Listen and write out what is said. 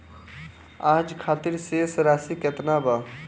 आज खातिर शेष राशि केतना बा?